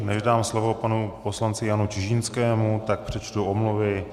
Než dám slovo panu poslanci Janu Čižinskému, tak přečtu omluvy.